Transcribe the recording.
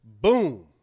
Boom